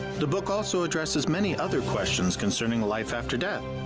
the book also addresses many other questions concerning life after death.